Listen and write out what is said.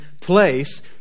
place